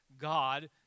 God